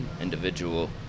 individual